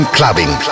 Clubbing